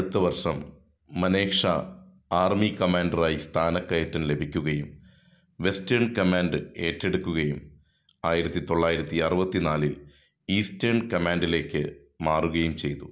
അടുത്ത വർഷം മനേക്ഷാ ആർമി കമാൻഡറായി സ്ഥാനക്കയറ്റം ലഭിക്കുകയും വെസ്റ്റേൺ കമാൻഡ് ഏറ്റെടുക്കുകയും ആയിരത്തി തൊള്ളായിരത്തി അറുപത്തി നാലിൽ ഈസ്റ്റേൺ കമാൻഡിലേക്ക് മാറുകയും ചെയ്തു